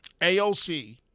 AOC